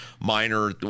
minor